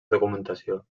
documentació